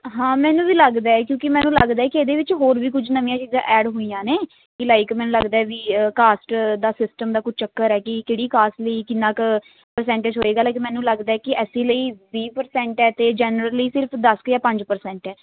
ਹਾਂ ਮੈਨੂੰ ਵੀ ਲੱਗਦਾ ਕਿਉਂਕਿ ਮੈਨੂੰ ਲੱਗਦਾ ਕਿ ਇਹਦੇ ਵਿੱਚ ਹੋਰ ਵੀ ਕੁਝ ਨਵੀਆਂ ਚੀਜ਼ਾਂ ਐਡ ਹੋਈਆਂ ਨੇ ਕਿ ਲਾਈਕ ਮੈਨੂੰ ਲੱਗਦਾ ਵੀ ਕਾਸਟ ਦਾ ਸਿਸਟਮ ਦਾ ਕੁਝ ਚੱਕਰ ਹੈ ਕਿ ਕਿਹੜੀ ਕਾਸਟ ਲਈ ਕਿੰਨਾ ਕੁ ਪਰਸੈਂਟੇਜ ਹੋਏਗਾ ਲਾਈਕ ਮੈਨੂੰ ਲੱਗਦਾ ਕਿ ਐੱਸ ਸੀ ਲਈ ਵੀਹ ਪਰਸੈਂਟ ਹੈ ਅਤੇ ਜਰਨਲ ਲਈ ਸਿਰਫ਼ ਦਸ ਕੁ ਜਾਂ ਪੰਜ ਪਰਸੈਂਟ ਹੈ